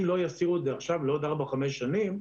אם לא יסירו את זה עכשיו לעוד ארבע-חמש שנים,